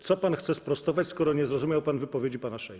Co pan chce sprostować, skoro nie zrozumiał pan wypowiedzi pana Szejny?